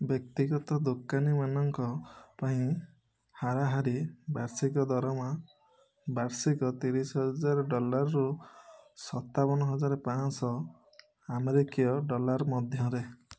ବ୍ୟକ୍ତିଗତ ଦୋକାନୀମାନଙ୍କ ପାଇଁ ହାରାହାରି ବାର୍ଷିକ ଦରମା ବାର୍ଷିକ ତିରିଶ ହଜାର ଡଲାର୍ରୁ ସତାବନ ହଜାର ପାଞ୍ଚଶହ ଆମେରିକୀୟ ଡଲାର୍ ମଧ୍ୟରେ